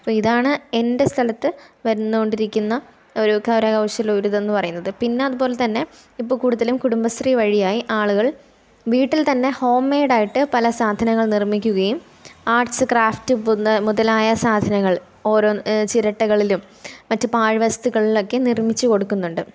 അപ്പോള് ഇതാണ് എൻ്റെ സ്ഥലത്ത് വരുന്നോണ്ടിരിക്കുന്ന ഒരു കരകൗശല ഒരിതെന്ന് പറയുന്നത് പിന്ന അതുപോലെതന്നെ ഇപ്പോള് കൂടുതലും കുടുംബശ്രീ വഴിയായി ആളുകൾ വീട്ടിൽ തന്നെ ഹോംമേയ്ഡായിട്ട് പല സാധനങ്ങൾ നിർമിക്കുകയും ആർട്സ് ക്രാഫ്റ്റ് പുത് മുതലായ സാധനങ്ങൾ ഓരോ ചിരട്ടകളിലും മാറ്റ് പാഴ്വസ്തുക്കളിലൊക്കെ നിർമിച്ച് കൊടുക്കുന്നുണ്ട്